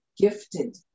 gifted